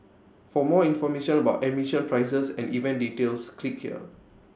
for more information about admission prices and event details click here